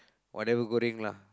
whatever goreng lah